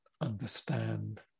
understand